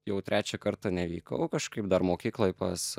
jau trečią kartą nevykau kažkaip dar mokykloj pas